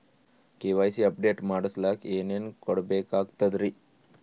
KYC update ಮಾಡಸ್ಲಕ ಏನೇನ ಕೊಡಬೇಕಾಗ್ತದ್ರಿ?